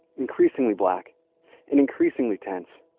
increasingly black and increasingly tense.